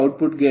04 ಬದಲಿಯಾಗಿದೆ